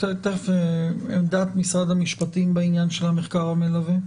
עמדת משרד המשפטים בעניין המחקר המלווה.